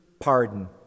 pardon